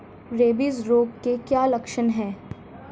Rabies रोग के क्या लक्षण है?